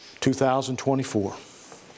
2024